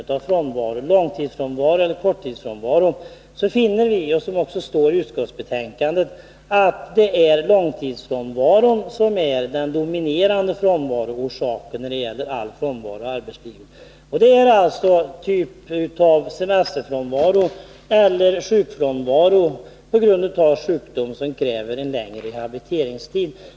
Men den som studerar den saken finner — och det står också i utskottsbetänkandet — att långtidsfrånvaron är den dominerande frånvaroorsaken i arbetslivet. Det är fråga om semesterfrånvaro eller frånvaro på grund av sjukdom som kräver längre rehabiliteringstid.